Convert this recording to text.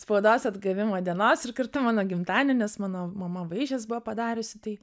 spaudos atgavimo dienos ir kartu mano gimtadienis mano mama vaišes buvo padariusi tai